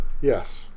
Yes